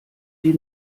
die